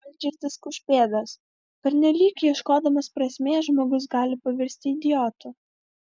algirdas kaušpėdas pernelyg ieškodamas prasmės žmogus gali pavirsti idiotu